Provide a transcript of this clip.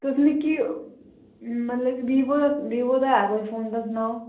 तुस मिगी मिगी वीवो दा ऐ फोन तां सनाओ